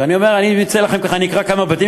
ואני אקרא כמה בתים,